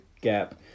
gap